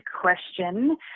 question